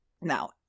Now